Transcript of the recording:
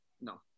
No